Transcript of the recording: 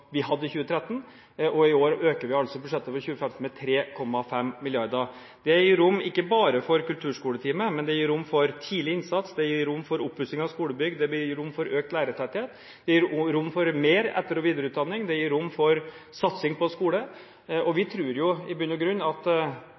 vi hadde i 2013, og i år øker vi altså budsjettet for 2015 med 3,5 mrd. kr. Det gir rom ikke bare for kulturskoletime, men det gir rom for tidlig innsats, det gir rom for oppussing av skolebygg, og det gir rom for økt lærertetthet. Det gir også rom for mer etter- og videreutdanning, det gir rom for satsing på skole. Vi tror i bunn og grunn at